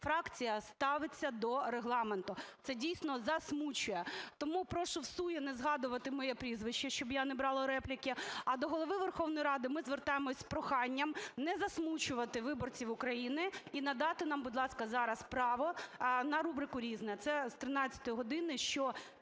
фракція ставиться до Регламенту. Це, дійсно, засмучує. Тому прошу всує прошу не згадувати моє прізвище, щоб я не брала репліки. А до Голови Верховної Ради ми звертаємося з проханням не засмучувати виборців України і надати нам, будь ласка, зараз право на рубрику "Різне". Це з 13 години